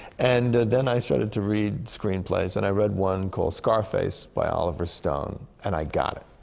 and then i started to read screenplays. and i read one called scarface, by oliver stone. and i got it.